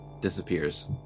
disappears